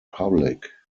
public